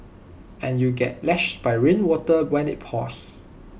and you'd get lashed by rainwater when IT pours